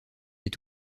est